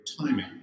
timing